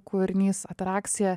kūrinys atrakcija